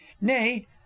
nay